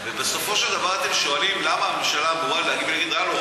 ובסופו של דבר אתם שואלים למה הממשלה אמורה להגיד: הלו,